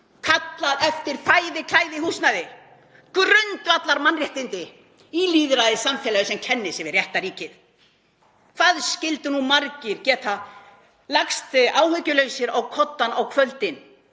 kallað eftir fæði, klæði og húsnæði, grundvallarmannréttindum í lýðræðissamfélagi sem kennir sig við réttarríkið. Hvað skyldu margir geta lagst áhyggjulausir á koddann á kvöldin